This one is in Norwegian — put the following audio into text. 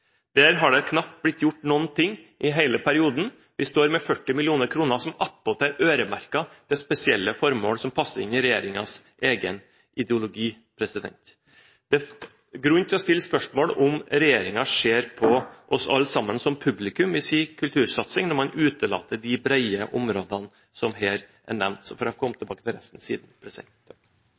Der har det knapt blitt gjort noen ting i hele perioden. Vi står med 40 mill. kr som attpåtil er øremerket til spesielle formål, og som passer inn i regjeringens egen ideologi. Det er grunn til å stille spørsmål om regjeringen ser på oss alle sammen som publikum i sin kultursatsing, når man utelater de brede områdene som her er nevnt. Jeg får komme tilbake til resten siden.